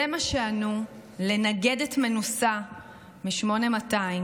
זה מה שענו לנגדת מנוסה מ-8200,